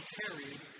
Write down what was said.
carried